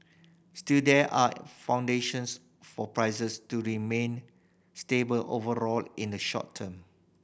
still there are foundations for prices to remain stable overall in the short term